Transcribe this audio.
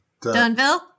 Dunville